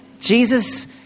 Jesus